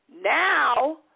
Now